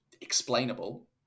explainable